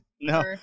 No